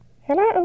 Hello